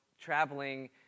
traveling